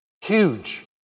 huge